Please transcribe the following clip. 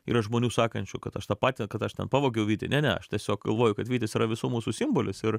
yra žmonių sakančių kad aš tą patį kad aš ten pavogiau vytį ne ne aš tiesiog galvoju kad vytis yra visų mūsų simbolis ir